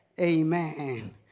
Amen